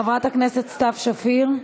חברת הכנסת סתיו שפיר,